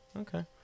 okay